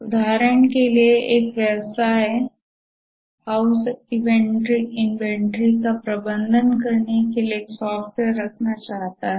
उदाहरण के लिए एक व्यवसाय हाउस इन्वेंट्री का प्रबंधन करने के लिए एक सॉफ्टवेयर रखना चाहता है